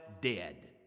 dead